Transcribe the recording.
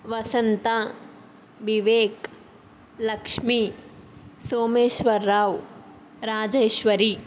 Vasantha Vivek Lakshmi Someswararao Rajeshwari